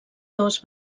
dos